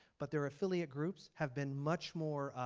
but their affiliate groups have been much more